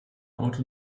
auto